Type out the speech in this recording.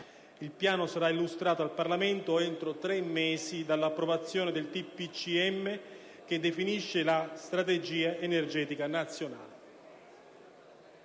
Il piano sarà illustrato al Parlamento entro tre mesi dall'approvazione del DPCM che definisce la "Strategia energetica nazionale"».